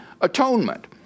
atonement